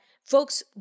Folks